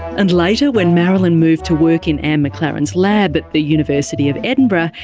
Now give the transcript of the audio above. and later when marilyn moved to work in anne mclaren's lab at the university of edinburgh,